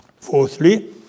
fourthly